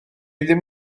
ddim